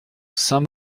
saint